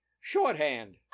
shorthand